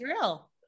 real